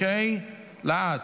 לאט,